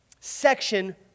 section